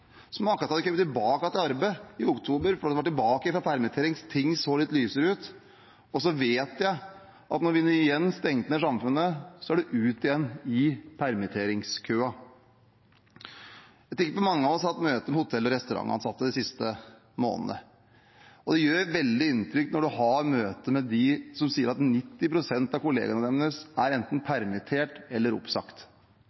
som akkurat hadde kommet tilbake i arbeid i oktober, hun var tilbake fra permittering fordi ting så litt lysere ut. Så vet jeg at da vi igjen stengte ned samfunnet, var det ut i permitteringskøen igjen. Jeg tenker mange av oss har hatt møter med hotell- og restaurantansatte de siste månedene. Det gjør veldig inntrykk når man har et møte med dem som sier at 90 pst. av kollegaene er enten